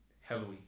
heavily